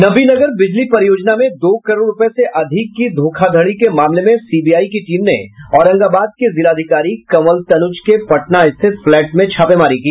नबीनगर बिजली परियोजना में दो करोड़ रूपये से अधिक की धोखाधड़ी के मामले में सीबीआई की टीम ने औरंगाबाद के जिलाधिकारी कंवल तनुज के पटना स्थित फ्लैट में छापेमारी की